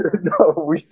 no